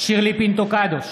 שירלי פינטו קדוש,